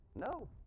no